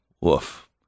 woof